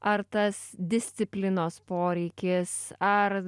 ar tas disciplinos poreikis ar